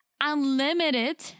unlimited